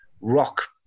rock